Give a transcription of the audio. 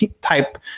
type